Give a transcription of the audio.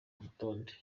urutonde